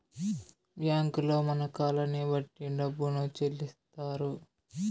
బ్యాంకుల్లో మన కాలాన్ని బట్టి డబ్బును చెల్లిత్తారు